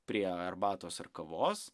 prie arbatos ar kavos